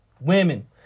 Women